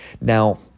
Now